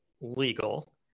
legal